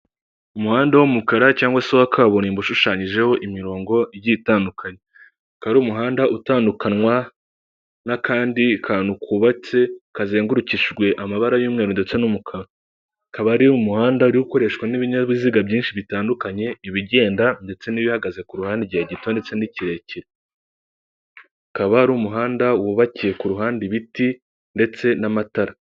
Umuhanda w'umukara cyangwa se wa kaburimbo ushushanyijeho imirongo igiye itandukanye, ukaba ari umuhanda utandukanywa n'akandi kantu kubatse kazengurukishijwe amabara y'umweru ndetse n'umukara, akaba ari umuhanda uri gukoreshwa n'ibinyabiziga byinshi bitandukanye, ibigenda ndetse n'ibihagaze ku ruhande igihe gito ndetse n'ikirekire, akaba ari umuhanda wubakiye ku ruhande ibiti ndetse n'amatara.